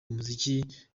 umuziki